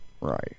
Right